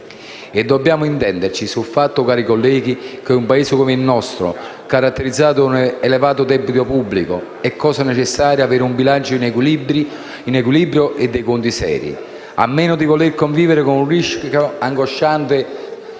E dobbiamo intenderci sul fatto, cari colleghi, che in un Paese come il nostro, caratterizzato da un elevato debito pubblico, è cosa necessaria avere un bilancio in equilibrio e dei conti seri, a meno di voler convivere con il rischio angosciante della